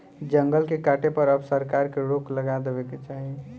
जंगल के काटे पर अब सरकार के रोक लगा देवे के चाही